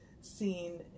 seen